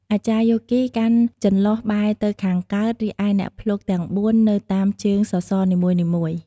អាចារ្យយោគីកាន់ចន្លុះបែរទៅខាងកើត រីឯអ្នកភ្លុកទាំងបួននៅតាមជើងសសរនីមួយៗ។